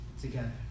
together